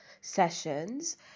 sessions